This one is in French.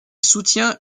soutient